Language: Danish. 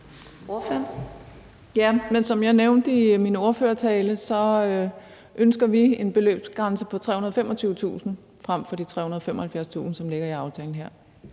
Som jeg nævnte i min ordførertale, ønsker vi en beløbsgrænse på 325.000 kr. frem for de 375.000 kr., som ligger i aftalen her.